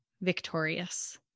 victorious